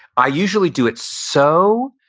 i usually do it so